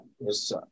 Yes